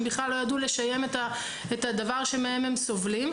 בכלל לא ידעו לשייך את הדבר שממנו הם סובלים.